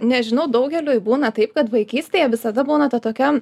nežinau daugeliui būna taip kad vaikystėje visada būna ta tokia